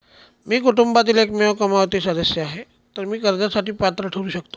मी कुटुंबातील एकमेव कमावती सदस्य आहे, तर मी कर्जासाठी पात्र ठरु शकतो का?